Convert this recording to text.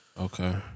Okay